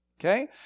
Okay